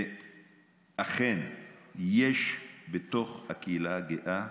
שאכן יש בתוך הקהילה הגאה